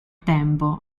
tempo